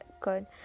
good